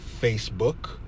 Facebook